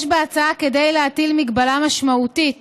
יש בהצעה כדי להטיל מגבלה משמעותית